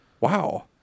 Wow